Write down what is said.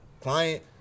client